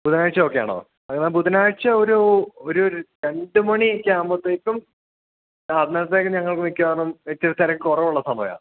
ബുധനാഴ്ച ഓക്കെയാണോ എന്നാല് ബുധനാഴ്ചയൊരു ഒരു രണ്ട് മണിയൊക്കെയാകുമ്പോഴേക്കും ആ അന്നത്തേക്ക് ഞങ്ങൾക്ക് മിക്കവാറും ഇത്തിരി തിരക്ക് കുറവുള്ള സമയമാണ്